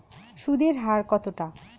সুদের হার কতটা?